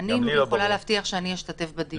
-- אני יכולה להבטיח שאני אשתתף בדיון.